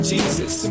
Jesus